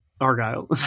Argyle